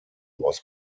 was